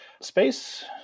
Space